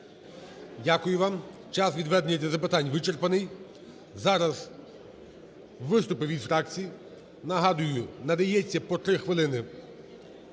Дякую вам. Час, відведений для запитань, вичерпаний. Зараз виступи від фракцій. Нагадую, надається по 3 хвилини